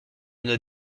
nos